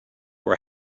were